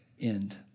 end